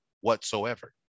whatsoever